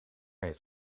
heeft